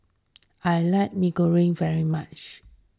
I like Mee Goreng very much